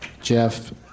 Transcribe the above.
Jeff